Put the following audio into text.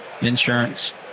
insurance